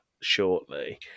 shortly